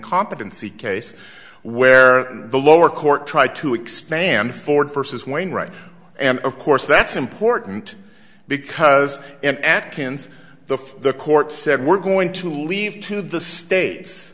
incompetency case where the lower court tried to expand forward forces wainwright and of course that's important because at cannes the the court said we're going to leave to the states